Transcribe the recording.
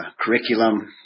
curriculum